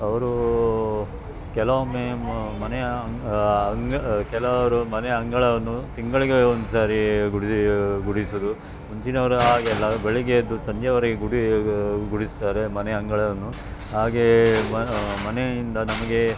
ಅವರು ಕೆಲವೊಮ್ಮೆ ಮನೆಯ ಅಂಗ್ ಕೆಲವರು ಮನೆಯ ಅಂಗಳವನ್ನು ತಿಂಗಳಿಗೆ ಒಂದು ಸಾರಿ ಗುಡಿ ಗುಡಿಸುವುದು ಮುಂಚಿನವರು ಆಗೆಲ್ಲ ಬೆಳಗ್ಗೆ ಎದ್ದು ಸಂಜೆವರೆಗೆ ಗುಡಿ ಗುಡಿಸ್ತಾರೆ ಮನೆ ಅಂಗಳವನ್ನು ಹಾಗೆಯೇ ಮನೆಯಿಂದ ನಮಗೆ